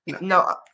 No